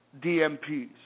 DMPs